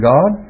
God